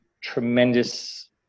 tremendous